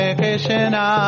Krishna